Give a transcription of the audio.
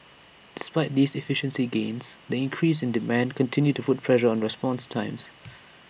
despite these efficiency gains the increases in demand continue to put pressure on response times